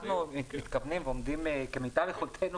אנחנו מתכוונים ועומדים כמיטב יכולתנו